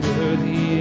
Worthy